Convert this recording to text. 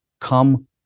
come